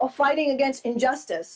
or fighting against injustice